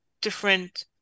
different